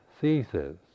ceases